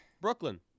Brooklyn